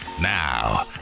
Now